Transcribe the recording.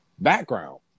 background